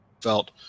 felt